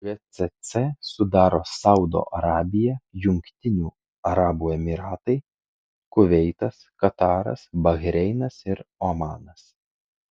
gcc sudaro saudo arabija jungtinių arabų emyratai kuveitas kataras bahreinas ir omanas